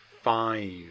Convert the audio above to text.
Five